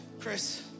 Chris